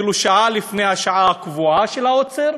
אפילו שעה לפני השעה הקבועה של העוצר.